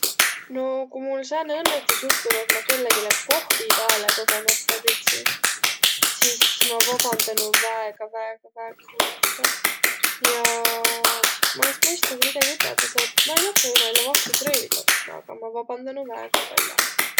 No ku mul sääne õnnõtus juhtunuq, et ma kellegile kohvi pääle kogemata pritsi, sis ma vabandanuq väega, väega, väega hullustõ ja ma es mõistnugi midägi üteldäq, selle et ma ei nakkaq jo näile vahtsit rõivit ostma, aga ma vabandanuq väega pall'o.